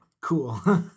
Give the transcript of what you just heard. Cool